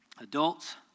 adults